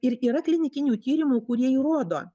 ir yra klinikinių tyrimų kurie įrodo